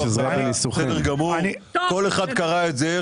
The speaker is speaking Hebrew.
כל אחד קרא את זה.